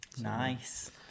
Nice